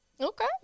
Okay